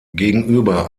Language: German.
gegenüber